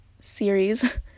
series